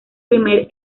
primer